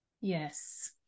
yes